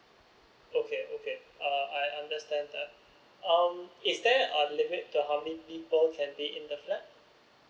okay okay uh I understand that um is there a limit to how many people can be in the flat